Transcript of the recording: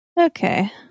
Okay